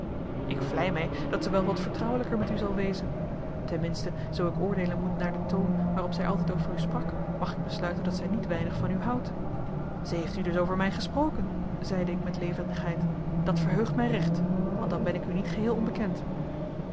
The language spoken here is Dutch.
ik vlei mij dat zij wel wat vertrouwelijker met u zal wezen ten minste zoo ik oordeelen moet naar den toon waarop zij altijd over u sprak mag ik besluiten dat zij niet weinig van u houdt zij heeft u dus over mij gesproken zeide ik met levendigheid dat verheugt mij recht want dan ben ik u niet geheel onbekend